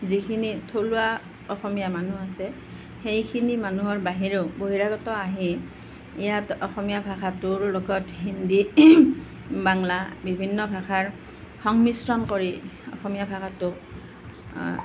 যিখিনি থলুৱা অসমীয়া মানুহ আছে সেইখিনি মানুহৰ বাহিৰেও বহিৰাগত আহি ইয়াত অসমীয়া ভাষাটোৰ লগত হিন্দী বাংলা বিভিন্ন ভাষাৰ সংমিশ্ৰন কৰি অসমীয়া ভাষাটোক